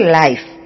life